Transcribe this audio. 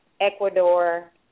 Ecuador